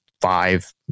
five